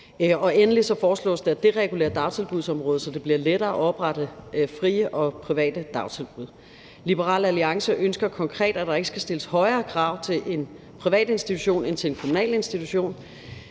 Endelig foreslås det for det tredje at deregulere dagtilbudsområdet, så det bliver lettere at oprette frie og private dagtilbud. Liberal Alliance ønsker konkret, at der ikke skal stilles højere krav til en privat institution end til en kommunal institution.